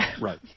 Right